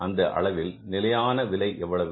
அந்த அளவில் நிலையான விலை எவ்வளவு